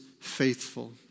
faithful